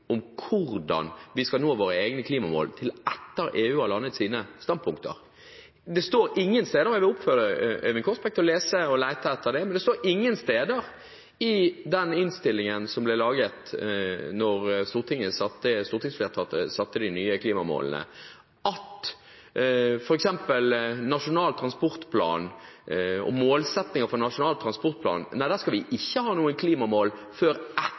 om hvordan vi skal nå våre egne klimamål til etter at EU har landet sine standpunkter. Jeg vil oppfordre Øyvind Korsberg til å lese og lete etter det, men det står ingen steder i innstillingen som ble laget da stortingsflertallet satte de nye klimamålene, at når det f.eks. gjelder målsettinger for Nasjonal transportplan, skal man ikke ha noen klimamål før etter at EU har lagt planer for oss. Bevares, det er jo sånn at